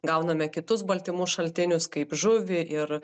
gauname kitus baltymų šaltinius kaip žuvį ir